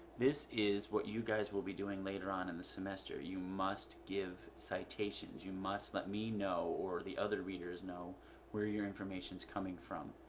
this is what you guys will be doing later on in the semester. you must give citations. you must let me know or the other readers know where your information is coming from.